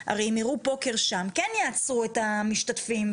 אם יראו פוקר שם, כן יעצרו את המשתתפים.